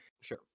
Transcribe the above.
Sure